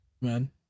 Man